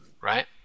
Right